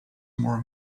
more